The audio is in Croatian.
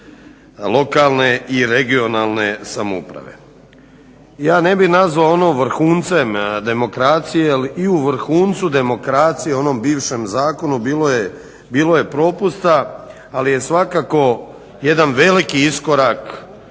lokalne i regionalne samouprave. Ja ne bih nazvao ono vrhuncem demokracije jel i u vrhuncu demokracije u onom bivšem zakonu bilo je propusta ali je svakako jedan veliki iskorak